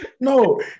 No